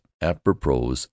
apropos